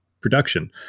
production